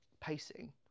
pacing